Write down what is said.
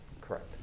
Correct